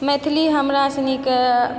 मैथिली हमरा सुनीके